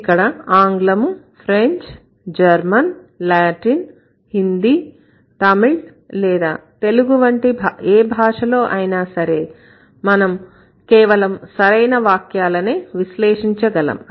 ఇక్కడ ఆంగ్లము French German Latin Hindi Tamil లేదా Telugu English French German Latin Hindi or Tamil Telugu వంటి ఏ భాషలో అయినా సరే మనం కేవలం సరైన వాక్యాలనే విశ్లేషించగలం